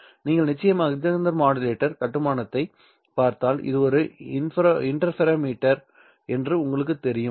நீங்கள் நிச்சயமாக Mach Zehnder modulator கட்டுமானத்தைப் பார்த்தால் இது ஒரு இன்டர்ஃபெரோமீட்டர் என்று உங்களுக்குத் தெரியும்